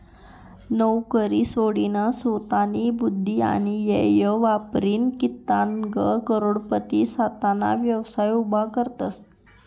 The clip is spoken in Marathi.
नवकरी सोडीनसोतानी बुध्दी आणि येय वापरीन कित्लाग करोडपती सोताना व्यवसाय उभा करतसं